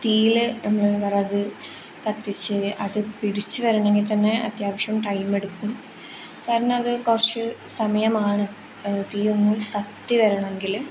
തീയിൽ നമ്മൾ വിറക് കത്തിച്ച് അത് പിടിച്ച് വരണമെങ്കിൽ തന്നെ അത്യാവശ്യം ടൈമെടുക്കും കാരണം അത് കുറച്ച് സമയമാണ് തീ ഒന്നും കത്തി വരണമെങ്കിൽ